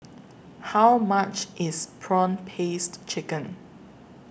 How much IS Prawn Paste Chicken